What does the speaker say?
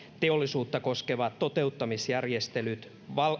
teollisuutta koskevat toteuttamisjärjestelyt